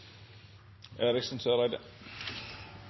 Eriksen Søreide